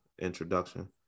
introduction